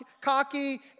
cocky